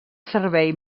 servei